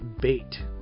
Bait